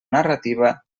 narrativa